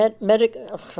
medical-